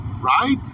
right